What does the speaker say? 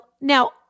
Now